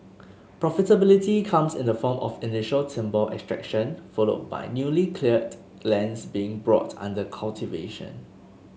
profitability comes in the form of initial timber extraction followed by newly cleared lands being brought under cultivation